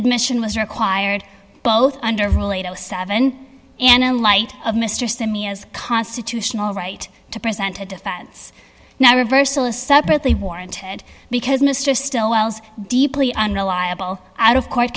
admission was required both under related seven and in light of mr simmias constitutional right to present a defense now reversal is separately warranted because mr stillwell's deeply unreliable out of court